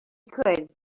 could